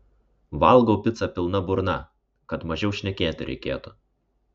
valgau picą pilna burna kad mažiau šnekėti reikėtų